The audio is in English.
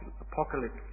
apocalypse